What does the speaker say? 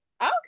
Okay